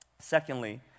Secondly